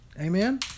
Amen